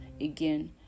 again